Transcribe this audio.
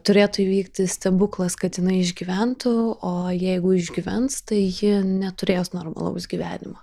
turėtų įvykti stebuklas kad jinai išgyventų o jeigu išgyvens tai ji neturės normalaus gyvenimo